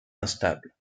instable